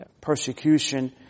persecution